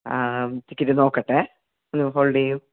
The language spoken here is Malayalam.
ആ ആ ടിക്കറ്റ് നോക്കട്ടെ ഒന്ന് ഹോൾഡ് ചെയ്യൂ